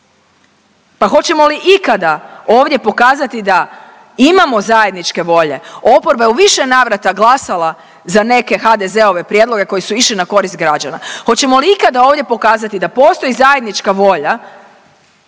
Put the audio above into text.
Pa hoćemo li ikada ovdje pokazati da imamo zajedničke volje? Oporba je u više navrata glasala za neke HDZ-ove prijedloge koji su išli na korist građana. Hoćemo li ikada ovdje pokazati da postoji zajednička volja